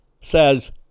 says